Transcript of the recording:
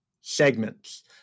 segments